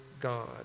God